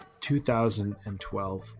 2012